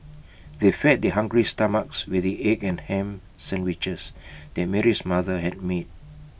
they fed their hungry stomachs with the egg and Ham Sandwiches that Mary's mother had made